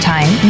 Time